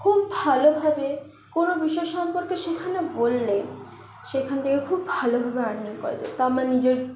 খুব ভালোভাবে কোনও বিষয় সম্পর্কে সেখানে বললে সেখান থেকে খুব ভালোভাবে আরনিং করা যায় তো আমার নিজের